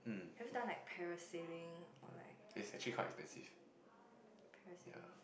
have you done like parasailing or like parasailing